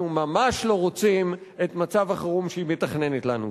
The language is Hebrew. ממש לא רוצים את מצב החירום שהיא מתכננת לנו.